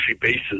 bases